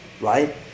right